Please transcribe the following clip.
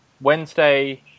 Wednesday